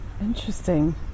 Interesting